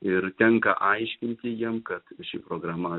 ir tenka aiškinti jiem kad ši programa